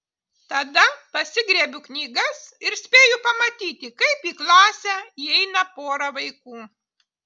tada pasigriebiu knygas ir spėju pamatyti kaip į klasę įeina pora vaikų